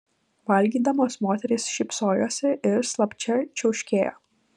valgydamos moterys šypsojosi ir slapčia čiauškėjo